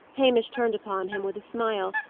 hamish turned upon him with a smile,